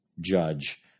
judge